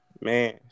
Man